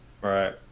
right